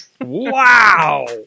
Wow